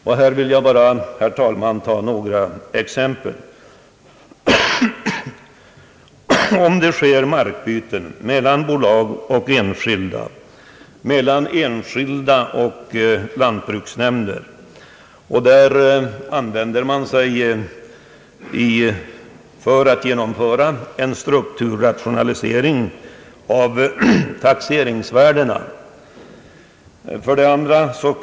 Jag skall, herr talman, ta några exempel: Om det sker markbyten mellan bolag och enskilda eller mellan enskilda och lantbruksnämnder för att genomföra en strukturrationalisering så använder man sig av taxeringsvärdena.